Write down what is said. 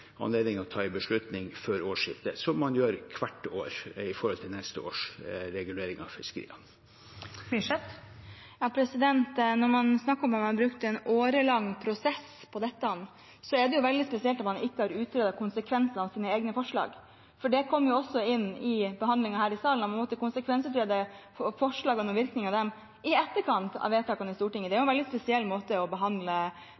anledning til å ta en beslutning før årsskiftet – som man gjør hvert år i forhold til neste års regulering av fiskeriene. Når man snakker om at man har brukt en årelang prosess på dette, er det veldig spesielt at man ikke har utredet konsekvensene av sine egne forslag. For det kom jo også inn i behandlingen her i salen – man måtte konsekvensutrede forslagene og virkningen av dem i etterkant av vedtakene i Stortinget. Det er